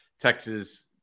Texas